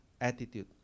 attitude